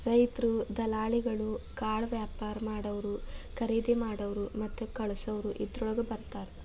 ರೈತ್ರು, ದಲಾಲಿಗಳು, ಕಾಳವ್ಯಾಪಾರಾ ಮಾಡಾವ್ರು, ಕರಿದಿಮಾಡಾವ್ರು ಮತ್ತ ಕಳಸಾವ್ರು ಇದ್ರೋಳಗ ಬರ್ತಾರ